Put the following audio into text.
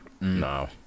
No